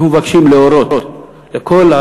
אנחנו מבקשים להורות לכל,